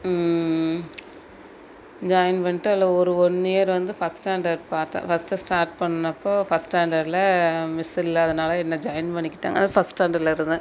join பண்ணிட்டு அதில் ஒரு ஒன் இயர் வந்து ஃபர்ஸ்ட் ஸ்டாண்டர்ட் பார்த்தேன் ஃபர்ஸ்ட்டு ஸ்டார்ட் பண்ணப்போ ஃபர்ஸ்ட் ஸ்டாண்டர்டில் மிஸ் இல்லாததனால என்னை ஜாயின் பண்ணிக்கிட்டாங்க அது ஃபர்ஸ்ட் ஸ்டாண்டர்டில் இருந்தேன்